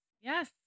yes